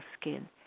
skin